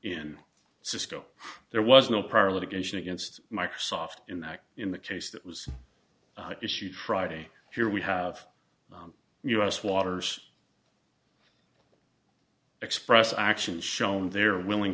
in cisco there was no prior litigation against microsoft in that in the case that was issued friday here we have u s waters express action shown they're willing